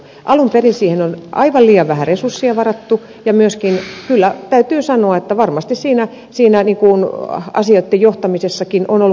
alun perin siihen on aivan liian vähän resursseja varattu ja myöskin kyllä täytyy sanoa että varmasti siinä asioitten johtamisessakin on ollut kehittämistä